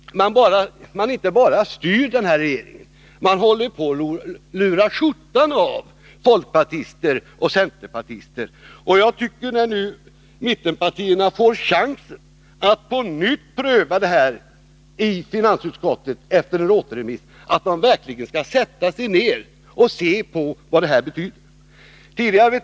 De inte bara styr den utan de håller också på att lura skjortan av folkpartister och centerpartister. När nu mittenpartierna får chansen att på nytt pröva detta förslag i finansutskottet, tycker jag att de verkligen skall sätta sig ned och undersöka vad det betyder för olika kommuner.